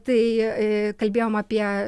tai kalbėjom apie